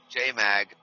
jmag